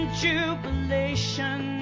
jubilation